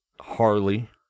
Harley